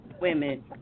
women